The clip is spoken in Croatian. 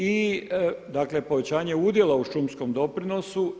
I dakle povećanje udjela u šumskom doprinosu.